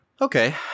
Okay